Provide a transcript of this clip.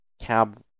cab